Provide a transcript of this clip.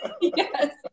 yes